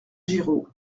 giraud